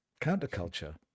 counterculture